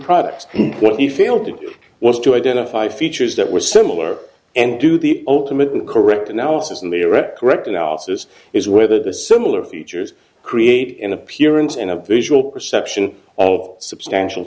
products and what he failed to do was to identify features that were similar and do the ultimate and correct analysis and erect correct analysis is whether the similar features create an appearance and a visual perception of substantial